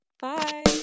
Bye